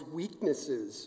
weaknesses